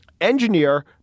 engineer